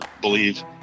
believe